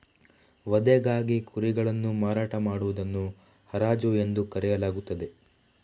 ವಧೆಗಾಗಿ ಕುರಿಗಳನ್ನು ಮಾರಾಟ ಮಾಡುವುದನ್ನು ಹರಾಜು ಎಂದು ಕರೆಯಲಾಗುತ್ತದೆ